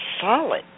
solid